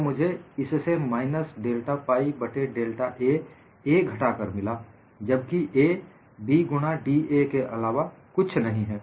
तो मुझे इससे माइनस डेल्टा पाइ बट्टे डेल्टा A A घटाकर मिला जबकि डेल्टा A B गुणा da के इलावा कुछ नहीं है